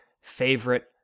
favorite